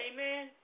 Amen